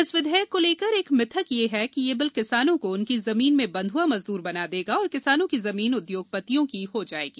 इस विधेयक को लेकर एक मिथक ये है कि ये बिल किसानों को उनकी जमीन में बंध्आ मजदूर बना देगा और किसानों की जमीन उद्योगपतियों की हो जाएगी